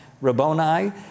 rabboni